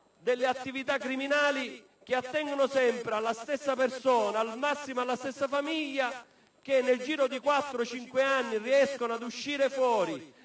delle attività criminali che attengono sempre alle stesse persone, al massimo alla stessa famiglia, che nel giro di quattro‑cinque anni riescono ad uscire fuori